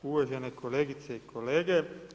Uvažene kolegice i kolege.